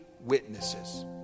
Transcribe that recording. witnesses